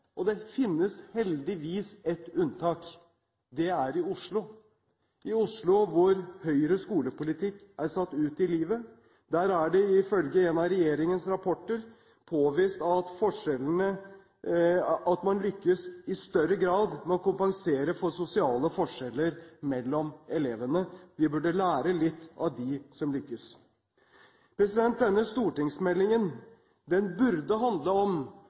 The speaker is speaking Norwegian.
og det finnes heldigvis et unntak – er Oslo. I Oslo, hvor Høyres skolepolitikk er satt ut i livet, er det ifølge en av regjeringens rapporter påvist at man lykkes i større grad med å kompensere for sosiale forskjeller mellom elevene. Vi burde lære litt av dem som lykkes. Denne stortingsmeldingen burde handle om